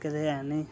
पक्के ते है नी